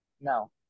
no